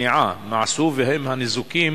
איזה פעולות מניעה נעשו והאם הניזוקים